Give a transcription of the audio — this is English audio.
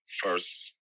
first